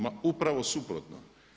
Ma upravo suprotno!